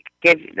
give